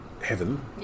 heaven